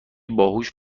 باهوش